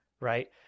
right